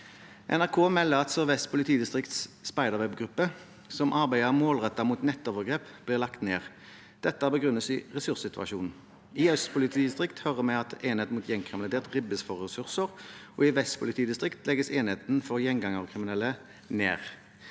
NRK melder at Sør-Vest politidistrikts Spiderweb-gruppe, som arbeider målrettet mot nettovergrep, blir lagt ned. Dette begrunnes i ressurssituasjonen. I Øst politidistrikt hører vi at enhet mot gjengkriminalitet ribbes for ressurser, og i Vest politidistrikt legges enheten for gjengangerkriminelle ned.